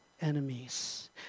enemies